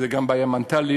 זו גם בעיה מנטלית,